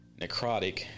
necrotic